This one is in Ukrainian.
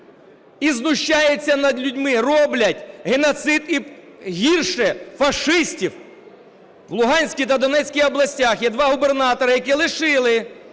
і знущаються над людьми, роблять геноцид і гірше фашистів? В Луганській та Донецькій областях є два губернатори, які лишили